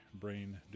brain